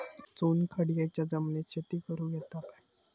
चुनखडीयेच्या जमिनीत शेती करुक येता काय?